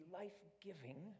life-giving